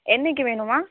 என்றைக்கி வேணும்மா